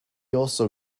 also